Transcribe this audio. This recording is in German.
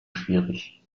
schwierig